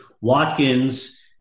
Watkins